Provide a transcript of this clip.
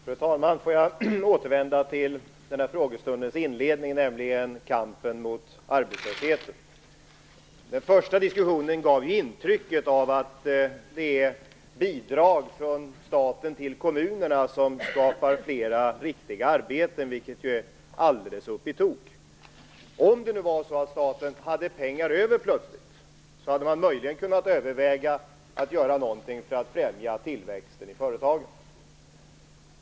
Fru talman! Jag skulle vilja återvända till det som togs upp i inledningen av denna frågestund, nämligen kampen mot arbetslösheten. Den första diskussionen gav ett intryck av att det är bidrag från staten till kommunerna som skapar fler riktiga arbeten, vilket är, skulle jag vilja säga, alldeles upp i tok. Om det var så att staten plötsligt hade pengar över, hade man möjligen kunnat överväga att göra någonting för att främja tillväxten i företagen.